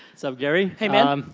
so gary? hey man. um